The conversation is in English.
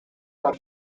for